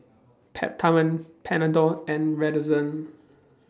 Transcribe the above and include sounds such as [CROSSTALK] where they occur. [NOISE] Peptamen Panadol and Redoxon